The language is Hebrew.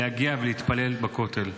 להגיע ולהתפלל בכותל.